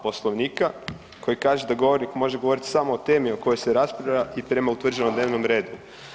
Poslovnika koji kaže da govornik može govorit samo o temi o kojoj se raspravlja i prema utvrđenom dnevnom redu.